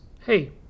hey